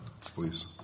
please